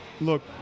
Look